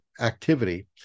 activity